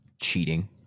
cheating